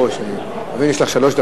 היושב-ראש,